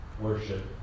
worship